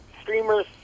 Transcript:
streamers